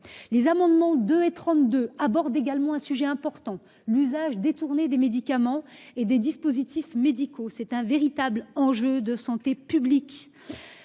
les amendements de et 32 aborde également un sujet important. L'usage détourné des médicaments et des dispositifs médicaux. C'est un véritable enjeu de santé publique.